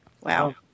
Wow